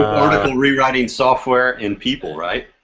article re-writing software in people right?